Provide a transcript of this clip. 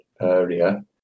area